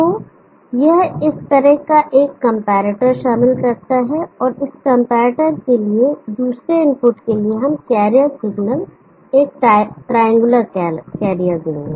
तो यह इस तरह का एक कंपैरेटर शामिल करता है और इस कंपैरेटर के लिए दूसरे इनपुट के लिए हम कैरियर सिग्नल एक ट्रायंगुलर कैरियर देंगे